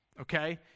okay